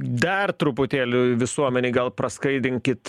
dar truputėlį visuomenei gal praskaidrinkit